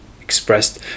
expressed